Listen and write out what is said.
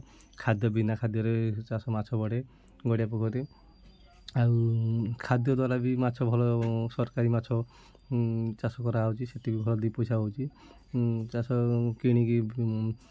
ଖାଦ୍ୟ ବିନା ଖାଦ୍ୟରେ ଚାଷ ମାଛ ବଢ଼େ ଗଡ଼ିଆ ପୋଖରୀରେ ଆଉ ଖାଦ୍ୟ ଦ୍ୱାରା ବି ମାଛ ଭଲ ସରକାରୀ ମାଛ ଚାଷ କରାହେଉଛି ସେଥିରୁ ଭଲ ଦୁଇ ପଇସା ହେଉଛି ଚାଷ କିଣିକି